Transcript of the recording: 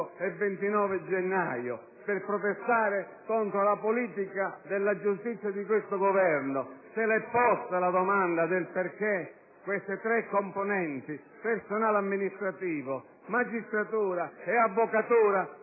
e 29 gennaio per protestare contro la politica della giustizia di questo Governo. Signor Ministro, si è chiesto perché queste tre componenti (personale amministrativo, magistratura e avvocatura)